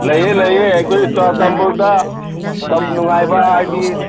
ꯂꯩꯌꯦ ꯂꯩꯌꯦ ꯑꯩꯈꯣꯏ ꯆꯨꯔꯥꯆꯥꯟꯄꯨꯔꯗ ꯇꯞ ꯅꯨꯡꯉꯥꯡꯕ ꯍꯥꯏꯕꯗꯤ